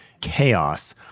chaos